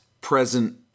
present